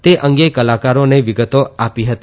તે અંગે કલાકારોને વિગતો આપી હતી